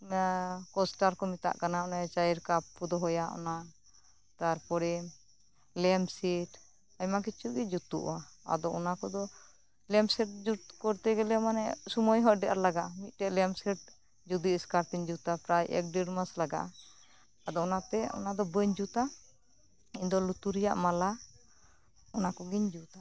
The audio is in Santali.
ᱚᱱᱟ ᱠᱳᱥᱴᱟᱨ ᱠᱚ ᱢᱮᱛᱟᱜ ᱠᱟᱱᱟ ᱚᱱᱮ ᱪᱟᱭᱮᱨ ᱠᱟᱯ ᱠᱚ ᱫᱚᱦᱚᱭᱟ ᱚᱱᱟ ᱛᱟᱨᱯᱚᱨᱮ ᱞᱮᱢᱯᱥᱮᱹᱴ ᱟᱭᱢᱟ ᱠᱤᱪᱷᱩ ᱜᱮ ᱡᱩᱛᱚᱜᱼᱟ ᱟᱫᱚ ᱚᱱᱟ ᱠᱚᱫᱚ ᱞᱮᱢᱯᱥᱮᱹᱴ ᱡᱩᱛ ᱠᱚᱨᱛᱮ ᱜᱮᱞᱮ ᱢᱟᱱᱮ ᱥᱳᱢᱳᱭ ᱦᱚᱸ ᱟᱹᱰᱤ ᱟᱴ ᱞᱟᱜᱟᱜᱼᱟ ᱢᱤᱫ ᱴᱮᱱ ᱞᱮᱢᱯᱥᱮᱹᱴ ᱡᱩᱫᱤ ᱮᱥᱠᱟᱨ ᱛᱤᱧ ᱡᱩᱛᱟ ᱯᱨᱟᱭ ᱮᱠ ᱰᱮᱹᱲ ᱢᱟᱥ ᱞᱟᱜᱟᱜᱼᱟ ᱟᱫᱚ ᱚᱱᱟᱛᱮ ᱚᱱᱟ ᱫᱚ ᱵᱟᱹᱧ ᱡᱩᱛᱟ ᱤᱧ ᱫᱚ ᱞᱩᱛᱩᱨ ᱨᱮᱭᱟᱜ ᱢᱟᱞᱟ ᱚᱱᱟ ᱠᱚᱜᱤᱧ ᱡᱩᱛᱟ